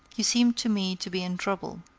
you seem to me to be in trouble.